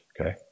Okay